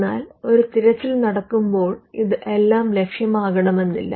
എന്നാൽ ഒരു തിരച്ചിൽ നടക്കുമ്പോൾ ഇത് എല്ലാം ലഭ്യമാകണമെന്നില്ല